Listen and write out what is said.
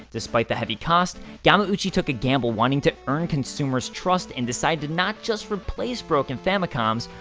despite the heavy cost, yamauchi took a gamble wanting to earn consumer's trust and decided to not just replace broken famicoms,